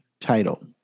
title